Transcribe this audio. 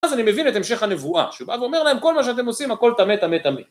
אז אני מבין את המשך הנבואה, שבא ואומר להם כל מה שאתם עושים הכל טמא טמא טמא